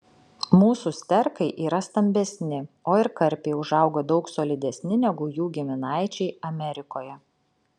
mūsų sterkai yra stambesni o ir karpiai užauga daug solidesni negu jų giminaičiai amerikoje